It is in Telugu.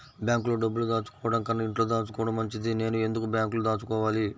బ్యాంక్లో డబ్బులు దాచుకోవటంకన్నా ఇంట్లో దాచుకోవటం మంచిది నేను ఎందుకు బ్యాంక్లో దాచుకోవాలి?